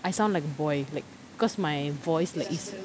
I sound like boy like because my voice like is